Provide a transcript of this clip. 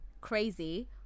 crazy